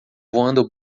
voando